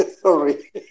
Sorry